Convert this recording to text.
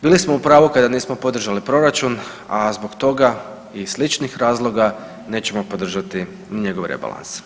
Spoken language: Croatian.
Bili smo u pravu kada nismo podržali proračun, a zbog toga i sličnih razloga nećemo podržati ni njegov rebalans.